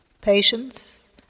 patience